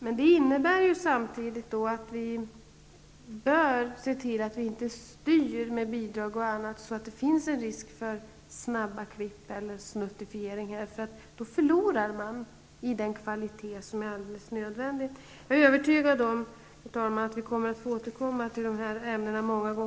Men det innebär samtidigt att vi bör se till att vi inte styr med bidrag och annat så att det finns en risk för snabba klipp eller snuttifiering. Då förlorar man i den kvalitet som är alldeles nödvändig. Herr talman! Jag är övertygad om att vi många gånger kommer att få återkomma till dessa ämnen.